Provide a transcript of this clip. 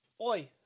Oi